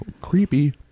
Creepy